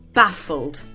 baffled